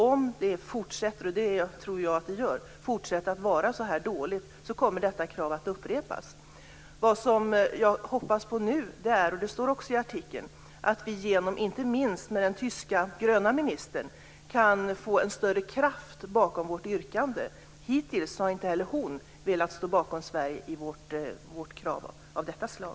Om det fortsätter att vara så här dåligt - och det tror jag att det gör - kommer detta krav att upprepas. Vad jag hoppas på nu är - och det står också i artikeln - att tillsammans med inte minst den tyska gröna ministern kunna få en större kraft bakom vårt yrkande. Hittills har inte heller hon velat stå bakom Sverige i detta krav.